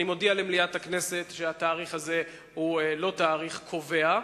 אני מודיע למליאת הכנסת שהתאריך הזה הוא לא תאריך קובע.